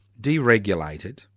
deregulated